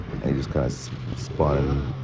and he just kind of so spun,